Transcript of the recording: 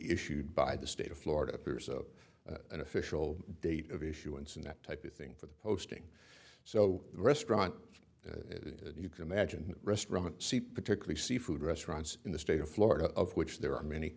issued by the state of florida years of an official date of issuance and that type of thing for the posting so restaurant you can imagine restaurants see particularly seafood restaurants in the state of florida of which there are many